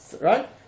Right